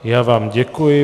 Já vám děkuji.